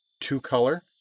two-color